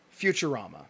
Futurama